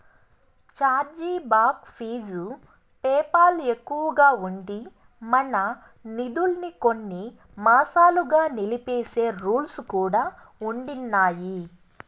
charge back fees PayPal ఎక్కువగా ఉండి, మన నిదుల్మి కొన్ని మాసాలుగా నిలిపేసే రూల్స్ కూడా ఉండిన్నాయి